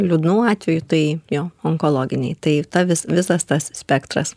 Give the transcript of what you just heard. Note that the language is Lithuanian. liūdnų atvejų tai jo onkologiniai tai ta vis visas tas spektras